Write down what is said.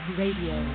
radio